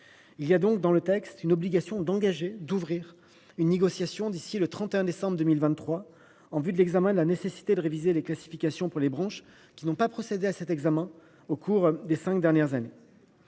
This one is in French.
C’est pourquoi le texte prévoit l’obligation d’engager une négociation d’ici au 31 décembre 2023 en vue de l’examen de la nécessité de réviser les classifications pour les branches qui n’ont pas effectué cet examen au cours des cinq dernières années.